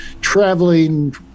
traveling